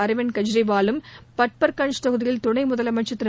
அர்விந்த் கெஜ்ரிவாலும் பட்பர்கஞ்ச் தொகுதியில் துணை முதலமைச்சர் திரு